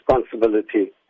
responsibility